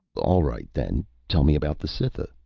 all right, then. tell me about the cytha.